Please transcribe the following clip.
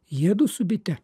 jiedu su bite